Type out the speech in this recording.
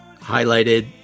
highlighted